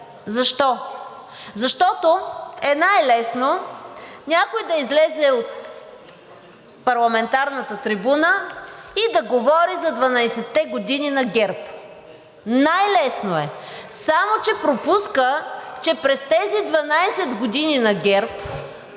Защо? Защото е най-лесно някой да излезе от парламентарната трибуна и да говори за 12-те години на ГЕРБ. Най-лесно е! (Шум и реплики.) Само че пропуска, че през тези 12 години на ГЕРБ